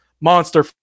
Monster